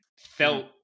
felt